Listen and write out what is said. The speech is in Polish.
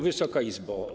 Wysoka Izbo!